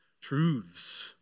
truths